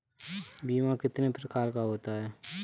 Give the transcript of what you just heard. बीमा कितने प्रकार का होता है?